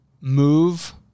move